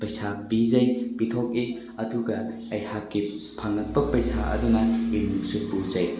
ꯄꯩꯁꯥ ꯄꯤꯖꯩ ꯄꯤꯊꯣꯛꯏ ꯑꯗꯨꯒ ꯑꯩꯍꯥꯛꯀꯤ ꯐꯪꯉꯛꯄ ꯄꯩꯁꯥ ꯑꯗꯨꯅ ꯏꯃꯨꯡꯁꯨ ꯄꯨꯖꯩ